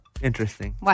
Interesting